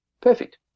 Perfect